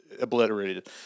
obliterated